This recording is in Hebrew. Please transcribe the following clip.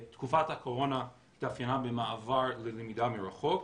תקופת הקורונה התאפיינה במעבר ללמידה מרחוק.